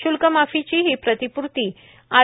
शुल्कमाफिची ही प्रतिपूर्ती आर